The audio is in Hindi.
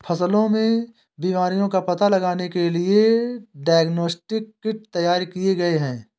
फसलों में बीमारियों का पता लगाने के लिए डायग्नोस्टिक किट तैयार किए गए हैं